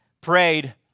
prayed